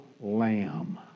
lamb